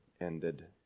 ended